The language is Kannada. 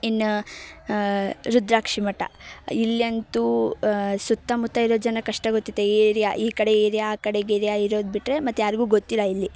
ಇನ್ನು ರುದ್ರಾಕ್ಷಿ ಮಠ ಇಲ್ಲಂತೂ ಸುತ್ತಮುತ್ತ ಇರೋ ಜನಕ್ಕೆ ಅಷ್ಟೇ ಗೊತ್ತೈತೆ ಈ ಏರಿಯಾ ಈ ಕಡೆ ಏರಿಯಾ ಆ ಕಡೆಗೆ ಏರಿಯಾ ಇರೋದು ಬಿಟ್ಟರೆ ಮತ್ಯಾರಿಗೂ ಗೊತ್ತಿಲ್ಲ ಇಲ್ಲಿ